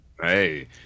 Hey